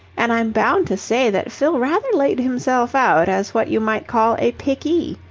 and i'm bound to say that fill rather laid himself out as what you might call a pickee.